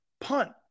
punt